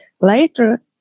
later